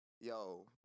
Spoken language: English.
Yo